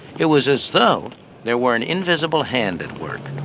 it was as though there were an invisible hand at work.